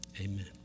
Amen